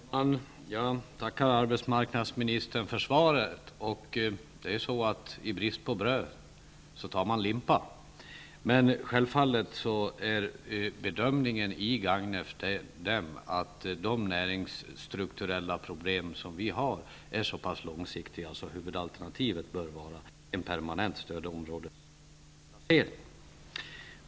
Herr talman! Jag tackar arbetsmarknadsministern för svaret. I brist på bröd tar man limpa. Bedömningen i Gagnef är den att de näringsstrukturella problem som finns är så pass långsiktiga att huvudalternativet bör vara en permanent inplacering i stödområde.